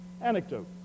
anecdote